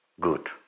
good